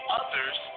others